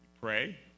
pray